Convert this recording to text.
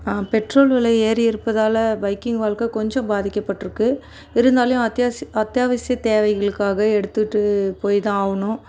petrol விலை ஏறி இருப்பதால் பைக்கிங் வாழ்க்கை கொஞ்சம் பாதிக்கப்பட்டுருக்கு இருந்தாலையும் அத்தியாவசிய அத்தியாவசிய தேவைகளுக்காக எடுத்துகிட்டு போய் தான் ஆகணும்